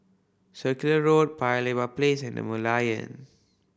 Circular Road Paya Lebar Place and The Merlion